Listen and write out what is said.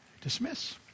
dismiss